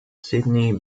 sydney